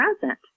present